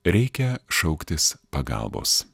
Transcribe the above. reikia šauktis pagalbos